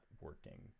working